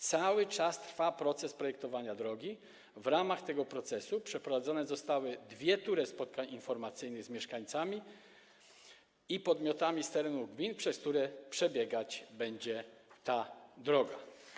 Cały czas trwa proces projektowania drogi, w ramach tego procesu przeprowadzone zostały dwie tury spotkań informacyjnych z mieszkańcami i podmiotami z terenów gmin, przez które przebiegać będzie ta droga.